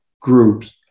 groups